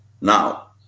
Now